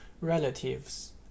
relatives